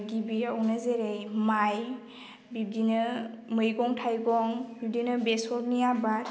गिबियावनो जेरै माइ बिब्दिनो मैगं थाइगं बिब्दिनो बेसरनि आबाद